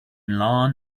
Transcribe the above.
long